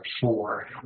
four